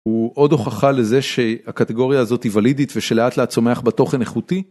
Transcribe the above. הוא עוד הוכחה לזה שהקטגוריה הזאת היא ולידית ושלאט לאט צומח בה תוכן איכותי?